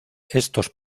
estos